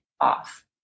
off